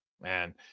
man